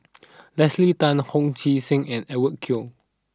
Leslie Tay Hong Sek Chern and Edwin Koek